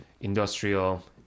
industrial